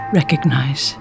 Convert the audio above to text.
Recognize